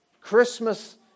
Christmas